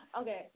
okay